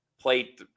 Played